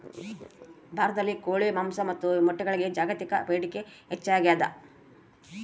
ಭಾರತದಲ್ಲಿ ಕೋಳಿ ಮಾಂಸ ಮತ್ತು ಮೊಟ್ಟೆಗಳಿಗೆ ಜಾಗತಿಕ ಬೇಡಿಕೆ ಹೆಚ್ಚಾಗ್ಯಾದ